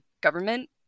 government